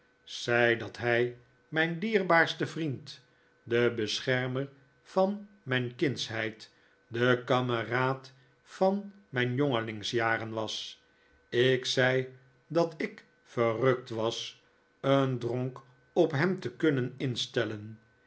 zei dat hij mijn dierbaarste vriend de beschermer van mijn kindsheid de kameraad van mijn jongelingsjaren was ik zei dat ik verrukt was een dronk op hem te kunnen instellen